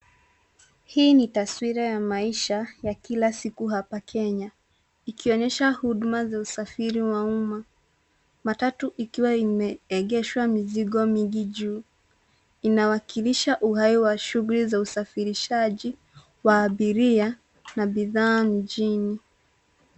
Hii ni taswira ya maisha ya kila siku hapa Kenya ikionyesha huduma za usafiri wa umma. Matatu ikiwea imeegeshwa mizigo mingi juu inawakilisha uhai wa shughuli za usafirishaji wa abiria na bidhaa mjini.